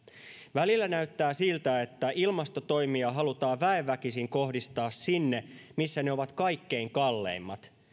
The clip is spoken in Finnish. välillä näyttää siltä että ilmastotoimia halutaan väen väkisin kohdistaa sinne missä ne ovat kaikkein kalleimmat